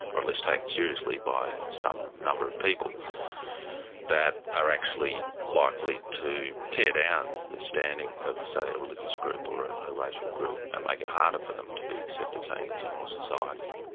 or at least taken seriously by some number of people that are actually likely to tear down the standing of, say, a religious group, or ah a racial group and make it harder for them to be accepted say in the general society,